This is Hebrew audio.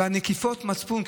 ונקיפות מצפון,